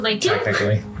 technically